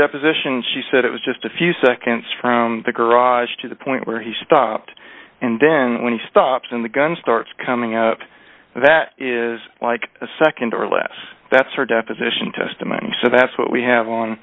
deposition she said it was just a few seconds from the garage to the point where he stopped and then when he stops and the gun starts coming out that is like a nd or less that's her deposition testimony so that's what we have on